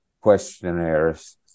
questionnaires